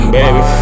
Baby